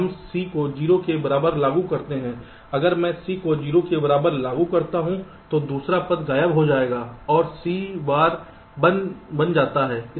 हम C को 0 के बराबर लागू करते हैं अगर मैं C को 0 के बराबर लागू करता हूं तो दूसरा पद गायब हो जाता है और C बार 1 बन जाता है